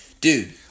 dude